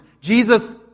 Jesus